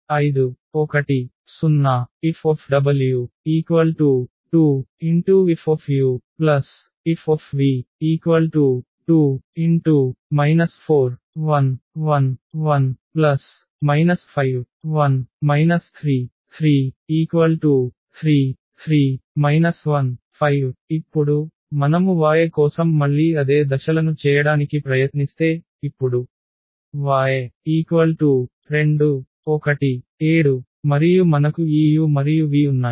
5 1 0 Fw2FuFv 2⋅4111 51 33 33 15 ఇప్పుడు మనము y కోసం మళ్ళీ అదే దశలను చేయడానికి ప్రయత్నిస్తే ఇప్పుడు y 2 1 7 మరియు మనకు ఈ u మరియు v ఉన్నాయి